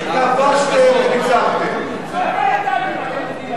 חבר הכנסת גפני.